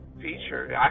feature